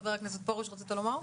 חבר הכנסת פרוש רצית לומר?